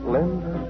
Linda